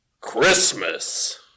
Christmas